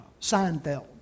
Seinfeld